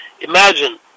imagine